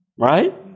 right